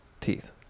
Teeth